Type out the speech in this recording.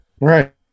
Right